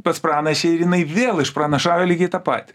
pas pranašę ir jinai vėl išpranašauja lygiai tą patį